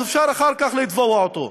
אפשר אחר כך לתבוע אותו.